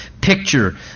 picture